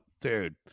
dude